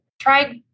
tried